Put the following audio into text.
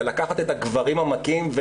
- אלא לקחת את הגברים המכים,